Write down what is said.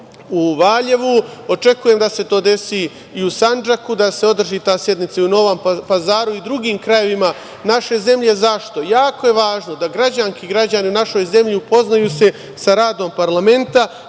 u Valjevu. Očekujem da se to desi i u sandžaku, da se održi ta sednica i u Novom Pazaru i drugim krajevima naše zemlje. Zašto? Jako je važno da građanke i građani u našoj zemlji upoznaju se sa radom parlamenta